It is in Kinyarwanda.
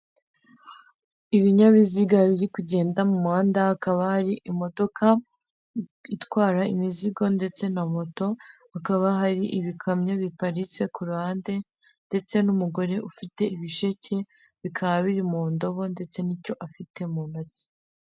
Ibinyabiziga biri kugenda mu muhanda hakaba hari imodoka itwara imizigo ndetse na moto, hakaba hari ibikamyo biparitse ku ruhande ndetse n'umugore ufite ibisheke bikaba biri mu ndobo ndetse n'icyo afite mu ntoki.